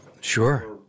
sure